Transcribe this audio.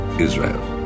Israel